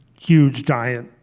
huge giant,